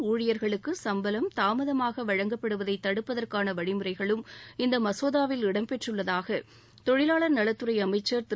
ஊழியர்களுக்குசம்பளம் தாமதமாகவழங்கப்படுவதைதடுப்பதற்கானவழிமுறைகளும் மேலம் இந்தமசோதாவில் இடம் பெற்றுள்ளதாகதொழிவாளர் நலத்துறைஅமைச்சர் திரு